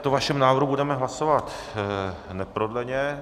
O tomto vašem návrhu budeme hlasovat neprodleně.